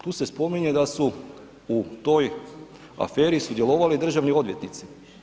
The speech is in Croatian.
Tu se spominje da su u toj aferi sudjelovali i državni odvjetnici.